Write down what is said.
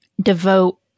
devote